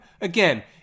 again